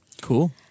Cool